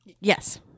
Yes